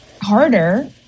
harder